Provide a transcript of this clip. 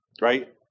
right